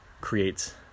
creates